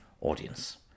audience